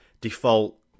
default